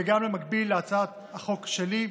וגם במקביל להצעת החוק שלי,